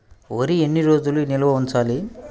వరి ఎన్ని రోజులు నిల్వ ఉంచాలి?